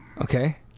Okay